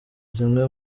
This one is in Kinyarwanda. zimwe